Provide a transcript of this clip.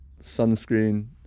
sunscreen